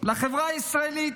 לחברה הישראלית,